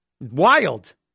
Wild